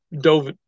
dove